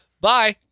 Bye